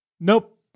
Nope